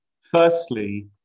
Firstly